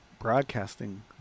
broadcasting